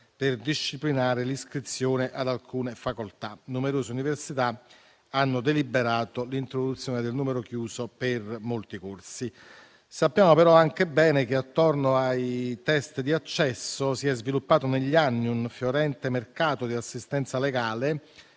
per disciplinare l'iscrizione ad alcune facoltà. Numerose università hanno deliberato l'introduzione del numero chiuso per molti corsi. Sappiamo altresì che attorno ai *test* di accesso si è sviluppato negli anni un fiorente mercato di assistenza legale,